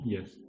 Yes